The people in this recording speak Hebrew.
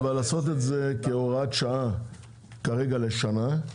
אבל לעשות את זה כהוראת שעה כרגע לשנה,